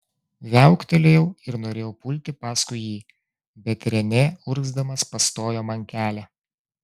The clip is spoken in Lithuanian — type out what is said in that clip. viauktelėjau ir norėjau pulti paskui jį bet renė urgzdamas pastojo man kelią